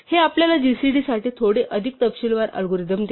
हे आपल्याला जीसीडी साठी थोडे अधिक तपशीलवार अल्गोरिदम देते